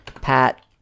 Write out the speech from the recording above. pat